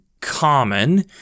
common